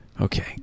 Okay